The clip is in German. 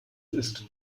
ist